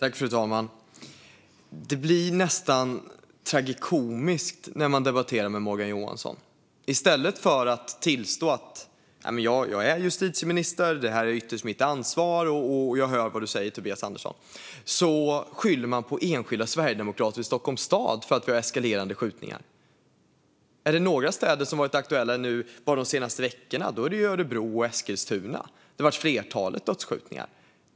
Fru talman! Det blir nästan tragikomiskt att debattera med Morgan Johansson. I stället för att tillstå att han är justitieminister, har det yttersta ansvaret och hör vad jag säger skyller han de eskalerande skjutningarna på enskilda sverigedemokrater i Stockholms stad. De städer som har varit aktuella de senaste veckorna är Örebro och Eskilstuna, där det har varit ett flertal dödsskjutningar.